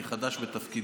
אני חדש בתפקידי,